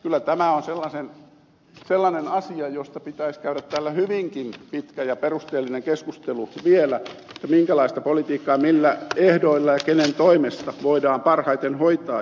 kyllä tämä on sellainen asia josta pitäisi käydä täällä hyvinkin pitkä ja perusteellinen keskustelu vielä minkälaista politiikkaa millä ehdoilla ja kenen toimesta voidaan parhaiten hoitaa